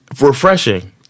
refreshing